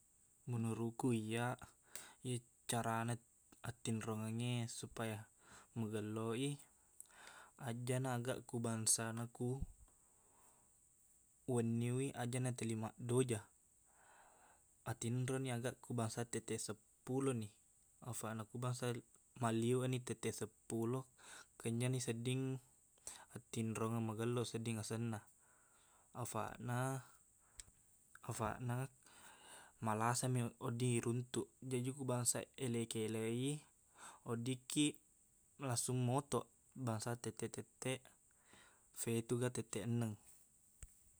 Menurutku iyaq iccarana attinrongengnge supaya magello i ajjaqna aga ku bangsana ku wenniwi ajaqna telli maddoja atinroniq aga ku bangsa tetteq seppuloni afaqna ku bangsa malliwenni tetteq seppulo kenyekni sedding attinrongeng magello sedding asenna afaqna- afaqna malasami wedding iruntuk jaji ku bangsa eleq-keleq i weddikkiq langsung motoq bangsa tetteq-tetteq fetu ga tetteq enneng